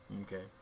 Okay